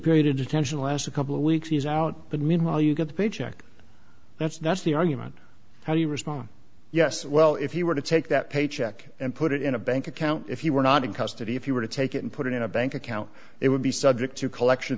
period of detention last a couple of weeks he's out but meanwhile you get a paycheck that's that's the argument how do you respond yes well if you were to take that paycheck and put it in a bank account if you were not in custody if you were to take it and put it in a bank account it would be subject to collection